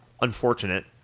unfortunate